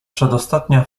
przedostatnia